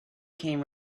came